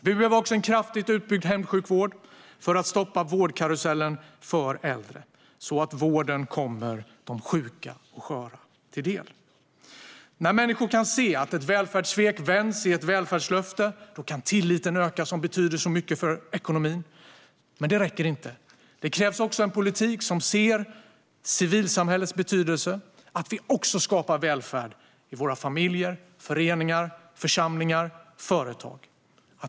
Vi behöver också ha en kraftigt utbyggd hemsjukvård för att stoppa vårdkarusellen för äldre, så att vården kommer de sjuka och sköra till del. När människor kan se att ett välfärdssvek vänds i ett välfärdslöfte kan tilliten öka, som betyder så mycket för ekonomin. Men det räcker inte. Det krävs också en politik som ser civilsamhällets betydelse och att vi också skapar välfärd för våra familjer, föreningar, församlingar och företag.